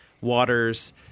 waters